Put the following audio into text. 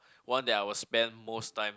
one that I will spend most time